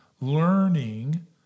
learning